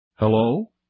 Hello